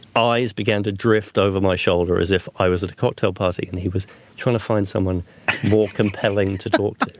eyes began to drift over my shoulder as if i was at a cocktail party and he was trying to find someone more compelling to talk to.